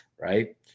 Right